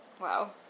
Wow